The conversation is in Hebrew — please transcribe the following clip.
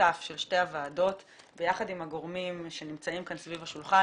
משותף של שתי הוועדות ביחד עם הגורמים שנמצאים כאן סביב השולחן,